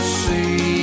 see